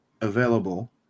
available